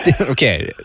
okay